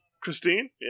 Christine